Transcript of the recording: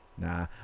Nah